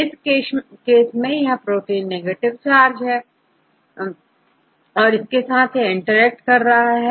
इस केस में यह प्रोटीन नेगेटिव चार्ज के साथ ज्यादा इंटरेक्ट करेगा